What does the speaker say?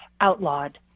outlawed